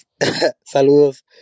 Saludos